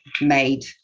made